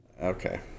Okay